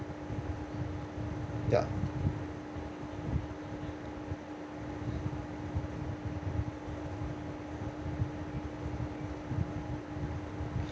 ya